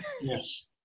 yes